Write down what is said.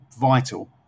vital